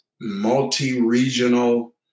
multi-regional